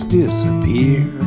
disappear